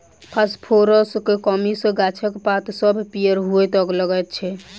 फासफोरसक कमी सॅ गाछक पात सभ पीयर हुअ लगैत छै